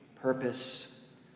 purpose